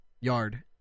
Yard